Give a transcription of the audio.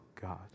God